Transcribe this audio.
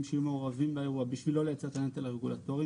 שיהיו מעורבים באירוע בשביל לא לייצר את הנטל הרגולטורי,